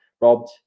robbed